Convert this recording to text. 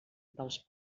dels